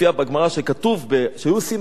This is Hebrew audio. כשהיו עושים את ההקפות